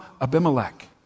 Abimelech